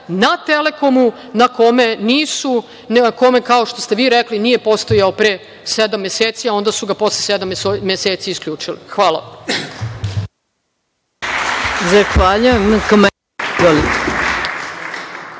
na „Telekomu“, na kome, kao što ste vi rekli, nije postojao pre sedam meseci, a onda su ga posle sedam meseci isključili. Hvala.